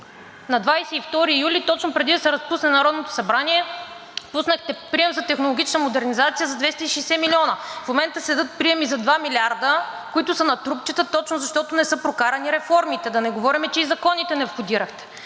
На 22 юли – точно преди да се разпусне Народното събрание, пуснахте прием за технологична модернизация за 260 милиона. В момента седят приеми за 2 милиарда, които са на трупчета точно защото не са прокарани реформите, да не говорим, че и законите не входирахте,